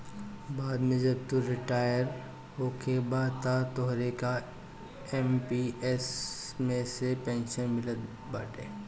बाद में जब तू रिटायर होखबअ तअ तोहके एम.पी.एस मे से पेंशन मिलत बाटे